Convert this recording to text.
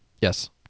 Yes